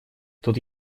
тут